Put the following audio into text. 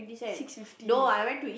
six fifty